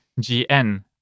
GN